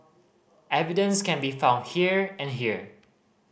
evidence can be found here and here